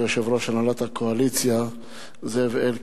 יושב-ראש ועדת הפנים והגנת הסביבה.